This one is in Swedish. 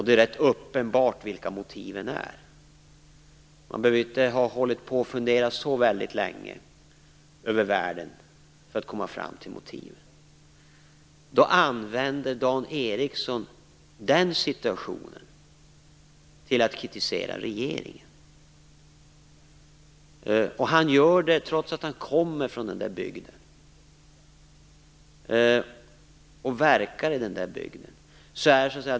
Det är rätt uppenbart vilka motiven är. Man behöver inte fundera så väldigt länge över världen för att komma fram till vilka motiven är. Då använder Dan Ericsson denna situation till att kritisera regeringen. Han gör det trots att han kommer från, och verkar i, den där bygden.